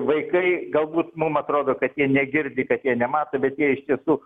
vaikai galbūt mum atrodo kad jie negirdi kad jie nemato bet jie iš tiesų